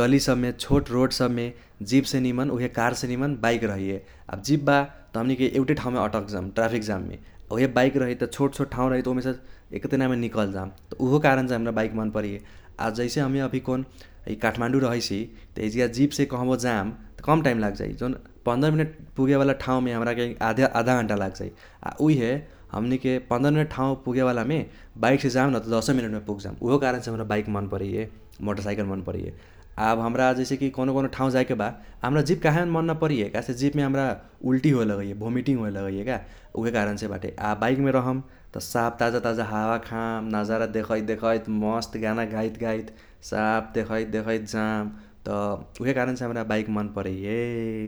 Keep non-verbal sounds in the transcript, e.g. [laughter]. गली सब मे छोट रोड सबमे जीपसे निमन उहे कारसे निमन बाइक रहैये। आ जीप बा त हमनीके एउटे ठाउमे अटक जाम ट्राफिक जाममे उहे बाइक रही त छोट छोट ठाउ रही त उमेसे एके तैकामे नीकल जाम त उहो कारणसे हमरा बाइक मन परैये। आ जैसे हमे अभी कौन काठमाडौं रहैसि त इजगा जीपसे कहबो जाम त कम टाइम लागजाइ जौन पन्द्र मिनटमे पुगेवाला ठाउमे हमराके [unintelligible] आधा घन्टा लागजाइ। आ उइहे हमनीके पंद्र मिनट ठाउ पुगेवालामे बाइकसे जाम नत दसे मिनटमे पुग जाम उहो कारणसे हमरा बाइक मन परैये मोटरसाइकल मन परैये। आब हमरा जैसे कि कौनो कौनो ठाउ जाइके बा। आ हमरा जीप काहे मन न परैये काहेसे जीपमे हमरा उल्टी होए लगैये भोमीटिंग होए लगैये का उइहे कारणसे बाटे। आ बाइकमे रहम त साफ ताजा ताजा हावा खाम नजारा देखैत देखैत मस्त गाना गाइत गाइत साफ देखैत देखैत जाम त उइहे कारणसे हमरा बाइक मन परैये ।